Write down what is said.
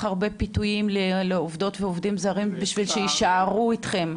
הרבה פיתויים לעובדים ועובדות זרים בשביל שיישארו איתכם.